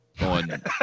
on